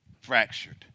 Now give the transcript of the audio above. fractured